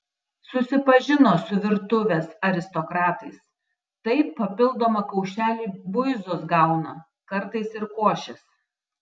susipažino su virtuvės aristokratais tai papildomą kaušelį buizos gauna kartais ir košės